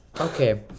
okay